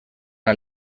una